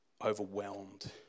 Overwhelmed